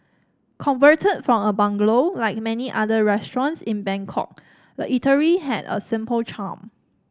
converted from a bungalow like many other restaurants in Bangkok the eatery had a simple charm